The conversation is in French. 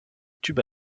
tubes